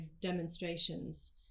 demonstrations